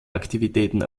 aktivitäten